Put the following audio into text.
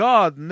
God